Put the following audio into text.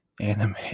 anime